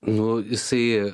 nu jisai